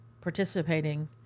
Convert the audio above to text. participating